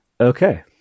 Okay